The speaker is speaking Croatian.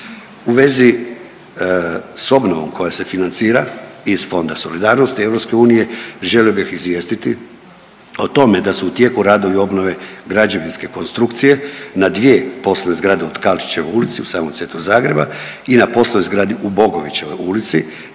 U vezi s obnovom koja se financira iz Fonda solidarnosti EU želio bih izvijestiti o tome da su u tijeku radovi obnove građevinske konstrukcije na dvije poslovne zgrade u Tkalčićevoj ulici u samom centru Zagreba i na poslovnoj zgradi u Bogovićevoj ulici